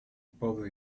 bother